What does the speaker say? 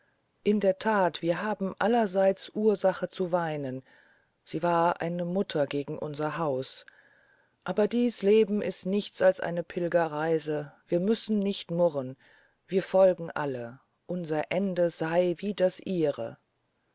in der that wir haben allerseits ursache zu weinen sie war eine mutter gegen unser haus aber dies leben ist nichts als eine pilgerreise wir müssen nicht murren wir folgen alle unser ende sey wie das ihre